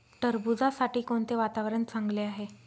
टरबूजासाठी कोणते वातावरण चांगले आहे?